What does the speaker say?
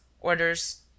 orders